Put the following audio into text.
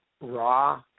raw